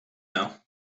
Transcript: know